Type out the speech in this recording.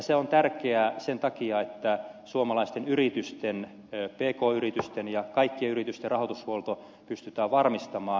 se on tärkeää sen takia että suomalaisten yritysten pk yritysten ja kaikkien yritysten rahoitushuolto pystytään varmistamaan